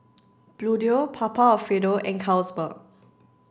Bluedio Papa Alfredo and Carlsberg